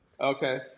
Okay